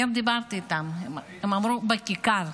היום דיברתי איתם, הם אמרו: בכיכר.